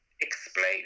explain